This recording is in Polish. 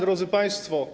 Drodzy Państwo!